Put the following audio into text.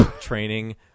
training